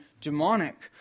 demonic